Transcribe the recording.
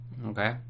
Okay